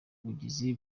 bugizi